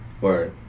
Word